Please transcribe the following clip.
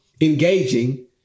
engaging